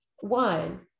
one